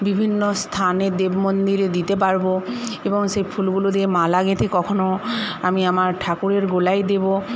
বিভিন্ন স্থানে দেবমন্দিরে দিতে পারব এবং সেই ফুলগুলো দিয়ে মালা গেঁথে কখনো আমি আমার ঠাকুরের গলায় দেব